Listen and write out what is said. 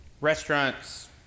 restaurants